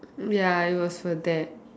ya it was for that